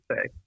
say